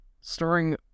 starring